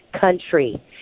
country